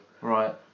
Right